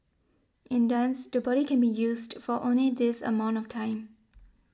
in dance the body can be used for only this amount of time